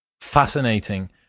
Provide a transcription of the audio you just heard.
fascinating